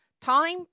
Time